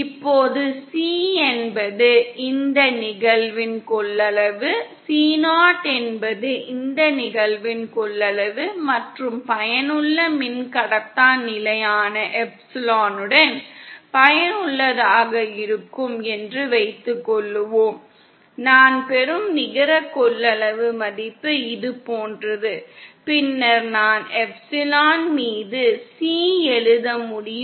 இப்போது C என்பது இந்த நிகழ்வின் கொள்ளளவு C0 என்பது இந்த நிகழ்வின் கொள்ளளவு மற்றும் பயனுள்ள மின்கடத்தா நிலையான எப்சிலனுடன் பயனுள்ளதாக இருக்கும் என்று வைத்துக்கொள்வோம் நான் பெறும் நிகர கொள்ளளவு மதிப்பு இது போன்றது பின்னர் நான் எப்சிலன் மீது சி எழுத முடியும்